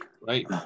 right